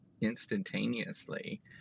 instantaneously